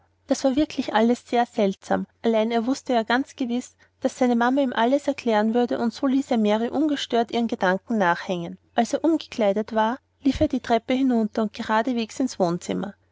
das war wirklich alles sehr seltsam allein er wußte ja ganz gewiß daß seine mama ihm alles erklären würde und so ließ er mary ungestört ihren gedanken nachhängen als er umgekleidet war lief er die treppe hinunter und geradeswegs ins wohnzimmer